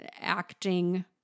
acting